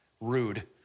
rude